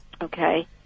Okay